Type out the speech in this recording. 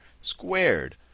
Squared